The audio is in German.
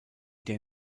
der